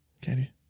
Candy